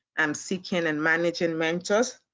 um seeking and managing mentors.